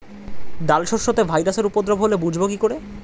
ডাল শস্যতে ভাইরাসের উপদ্রব হলে বুঝবো কি করে?